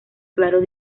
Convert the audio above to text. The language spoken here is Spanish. claro